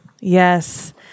Yes